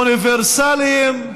אוניברסליים,